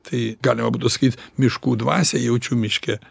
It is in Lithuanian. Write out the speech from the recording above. tai galima būtų sakyt miškų dvasią jaučiu miške